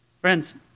Friends